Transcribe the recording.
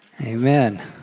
Amen